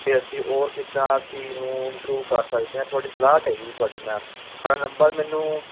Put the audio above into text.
ਅਤੇ ਅਸੀਂ ਔਰ ਕਿੱਦਾਂ ਅਸੀਂ ਇਹਨੂੰ ਇੰਪਰੂਵ ਕਰ ਸਕਦੇ ਹਾਂ ਤੁਹਾਡੀ ਸਲਾਹ ਚਾਹੀਦੀ ਸੀ ਤੁਹਾਡੀ ਮੈਮ ਤੁਹਾਡਾ ਨੰਬਰ ਮੈਨੂੰ